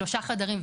שלושה חדרים.